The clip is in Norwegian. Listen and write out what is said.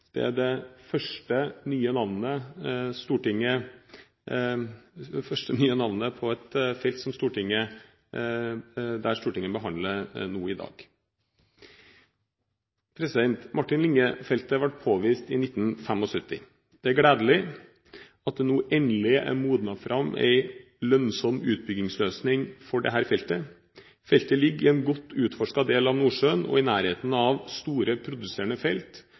Det er det første nye navnet på et felt som Stortinget behandler nå i dag. Martin Linge-feltet ble påvist i 1975. Det er gledelig at det nå endelig er modnet fram en lønnsom utbyggingsløsning for dette feltet. Feltet ligger i en godt utforsket del av Nordsjøen og i nærheten av store produserende felt,